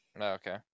Okay